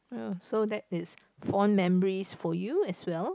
uh so that is fond memories for you as well